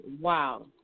Wow